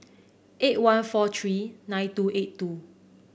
eight one four three nine two eight two